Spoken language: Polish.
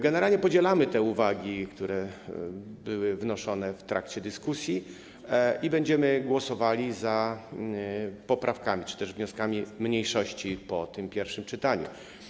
Generalnie podzielamy te uwagi, które były wnoszone w trakcie dyskusji, i będziemy głosowali za poprawkami czy też wnioskami mniejszości po tym pierwszym czytaniu.